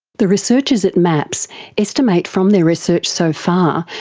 the researchers at maps estimate from their research so far,